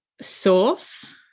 source